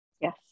Yes